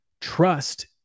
trust